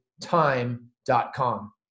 time.com